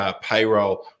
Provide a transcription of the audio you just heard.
payroll